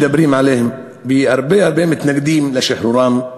שמדברים עליהם והרבה הרבה מתנגדים לשחרורם,